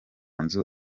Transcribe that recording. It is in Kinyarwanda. nzu